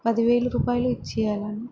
పదివేలు రూపాయలు ఇచ్చేయాల